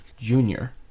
Junior